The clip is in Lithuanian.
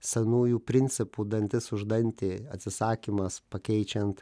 senųjų principų dantis už dantį atsisakymas pakeičiant